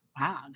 wow